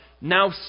now